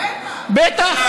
בטח היה.